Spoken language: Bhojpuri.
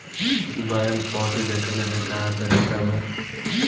बैंक पवती देखने के का तरीका बा?